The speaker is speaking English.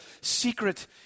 secret